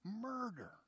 murder